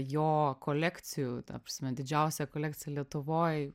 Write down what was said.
jo kolekcijų ta prasme didžiausia kolekcija lietuvoj